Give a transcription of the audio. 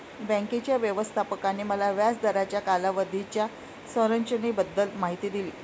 बँकेच्या व्यवस्थापकाने मला व्याज दराच्या कालावधीच्या संरचनेबद्दल माहिती दिली